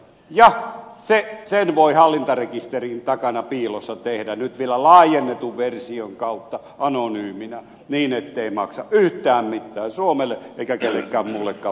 ja sen voi hallintarekisterin takana piilossa tehdä nyt vielä laajennetun version kautta anonyyminä niin ettei maksa yhtään mitään suomelle eikä millekään muullekaan valtiolle veroja